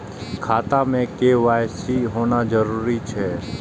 खाता में के.वाई.सी होना जरूरी छै?